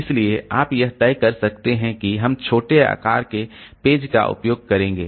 इसलिए आप यह तय कर सकते हैं कि हम छोटे आकार के पेज का उपयोग करेंगे